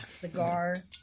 Cigar